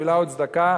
ותפילה וצדקה,